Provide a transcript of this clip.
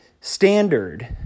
standard